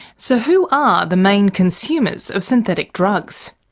so who are the main consumers of synthetic drugs?